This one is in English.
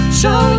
show